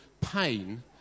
pain